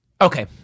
Okay